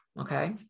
Okay